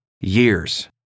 years